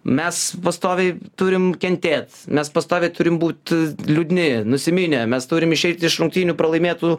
mes pastoviai turim kentėt mes pastoviai turim būt liūdni nusiminę mes turim išeiti iš rungtynių pralaimėtų